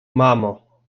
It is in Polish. mamo